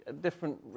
different